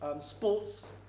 sports